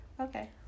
okay